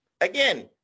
Again